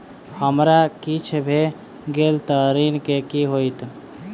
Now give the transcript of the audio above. हमरा किछ भऽ गेल तऽ ऋण केँ की होइत?